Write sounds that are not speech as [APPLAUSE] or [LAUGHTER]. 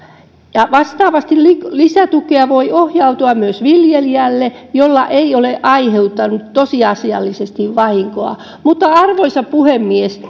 vastaavasti lisätukea voi ohjautua myös viljelijälle jolle ei ole aiheutunut tosiasiallisesti vahinkoa mutta arvoisa puhemies [UNINTELLIGIBLE]